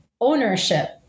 ownership